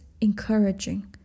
encouraging